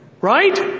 Right